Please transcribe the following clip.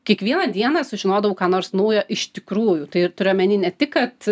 kiekvieną dieną sužinodavau ką nors naujo iš tikrųjų tai ir turiu omeny ne tik kad